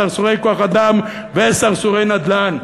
סרסורי כוח-אדם וסרסורי נדל"ן.